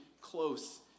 close